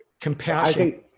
compassion